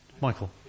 Michael